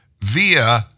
via